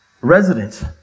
resident